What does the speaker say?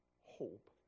hope